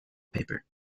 paper